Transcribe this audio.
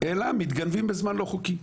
אלא מתגנבים בזמן לא חוקי.